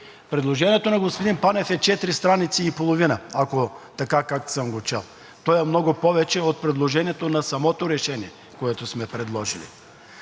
Предложението на господин Панев е четири страници и половина, ако е така, както съм го чел, то е много повече от предложението на самото решение, което сме предложили.